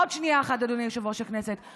עוד שנייה אחת, אדוני יושב-ראש הישיבה.